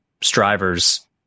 strivers